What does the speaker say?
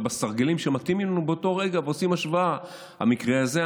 בסרגלים שמתאימים לנו באותו רגע ועושים השוואה: המקרה הזה,